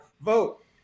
Vote